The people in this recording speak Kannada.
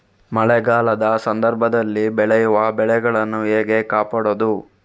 ಮಳೆಗಾಲದ ಸಂದರ್ಭದಲ್ಲಿ ಬೆಳೆಯುವ ಬೆಳೆಗಳನ್ನು ಹೇಗೆ ಕಾಪಾಡೋದು?